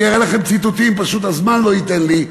אני אראה לכם ציטוטים, פשוט הזמן לא ייתן לי,